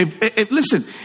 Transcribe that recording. Listen